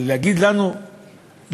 אבל להגיד לנו לא,